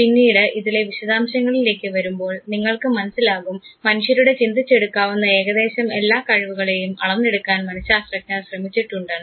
പിന്നീട് ഇതിലെ വിശദാംശങ്ങളിലേക്ക് വരുമ്പോൾ നിങ്ങൾക്ക് മനസ്സിലാകും മനുഷ്യരുടെ ചിന്തിച്ച് എടുക്കാവുന്ന ഏകദേശം എല്ലാ കഴിവുകളെയും അളന്നെടുക്കാൻ മനശാസ്ത്രജ്ഞർ ശ്രമിച്ചിട്ടുണ്ടെന്ന്